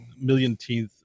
million-teeth